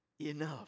enough